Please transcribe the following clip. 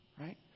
right